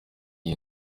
iyi